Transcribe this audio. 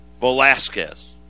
Velasquez